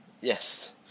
Yes